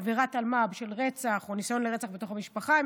עקב עבירת אלמ"ב של רצח או ניסיון לרצח בתוך המשפחה,